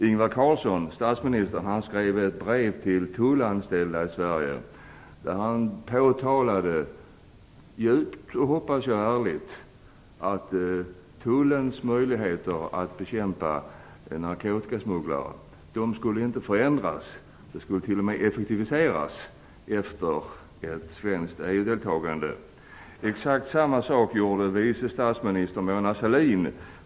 Ingvar Carlsson, statsministern, skrev ett brev till de tullanställda i Sverige där han djupt och, hoppas jag, ärligt påtalade att tullens möjligheter att bekämpa narkotikasmugglare inte skulle få ändras. De skulle till och med effektiviseras efter ett svenskt EU Exakt samma sak gjorde vice statsministern, Mona Sahlin.